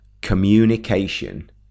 communication